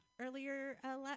earlier